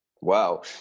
Wow